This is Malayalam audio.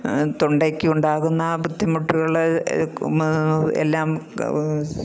തൊണ്ടയ്ക്കുണ്ടാകുന്ന ബുദ്ധിമുട്ടുകൾ എല്ലാം